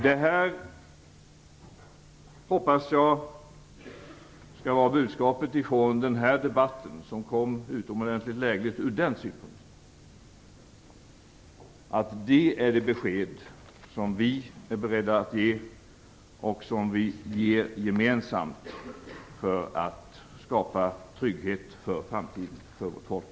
Det här hoppas jag skall vara budskapet från denna debatt, som ju kom till utomordentligt lägligt ur den synpunkten. Det är det besked som vi är beredda att ge, och vi vill ge det gemensamt för att skapa trygghet inför framtiden för vårt folk.